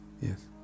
yes